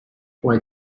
while